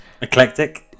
eclectic